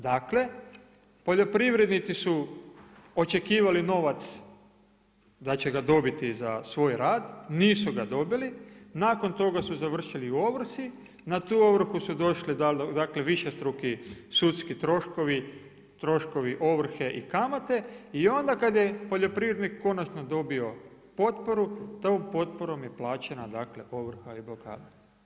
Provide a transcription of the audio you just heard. Dakle, poljoprivrednici su očekivali novac da će ga dobiti za svoj rad, nisu ga dobili, nakon toga su završili u ovrsi, na tu ovrhu su došli višestruki sudski troškovi ovrhe i kamate, i onda kad je poljoprivrednik konačno dobio potporu, tom potporom je plaćena dakle, ovrha i blokada.